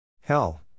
Hell